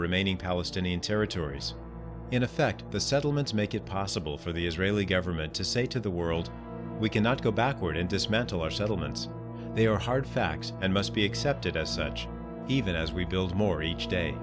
remaining palestinian territories in effect the settlements make it possible for the israeli government to say to the world we cannot go backward and dismantle our settlements they are hard facts and must be accepted as such even as we build more each day